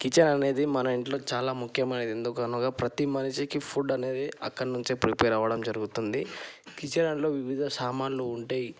kitchen అనేది మన ఇంట్లో చాలా ముఖ్యమైనది ఎందుకనగా ప్రతి మనిషికి ఫుడ్ అనేది అక్కడ నుంచి ప్రిపేర్ అవ్వడం జరుగుతుంది కిచెన్ అందులో వివిధ సామాన్లు ఉంటాయి